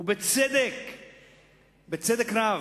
ובצדק רב.